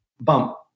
bump